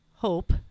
hope